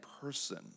person